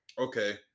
Okay